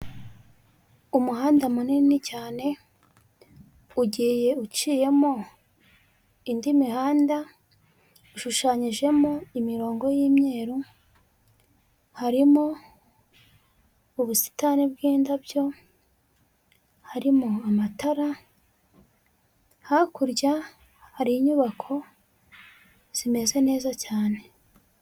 Umuhanda munini cyane ugiye uciyemo indi mihanda ishushanyijemo imirongo y'imyeru; harimo ubusitani bw'indabyo, harimo amatara, hakurya hari inyubako zimeze neza cyane.